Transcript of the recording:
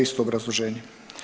Isto obrazloženje.